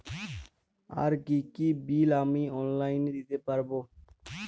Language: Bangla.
আর কি কি বিল আমি অনলাইনে দিতে পারবো?